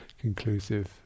conclusive